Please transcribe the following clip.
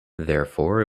therefore